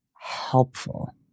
helpful